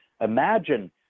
Imagine